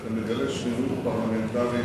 שאתה מגלה שנינות פרלמנטרית